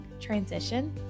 Transition